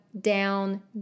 down